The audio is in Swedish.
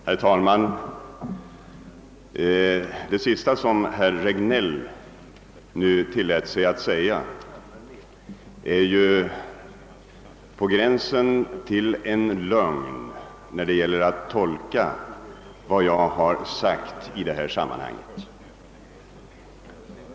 Herr talman! Det sista som herr Regnéll nu tillät sig att säga är ju på gränsen till en lögn när det gäller att tolka vad jag har sagt i detta sammanhang.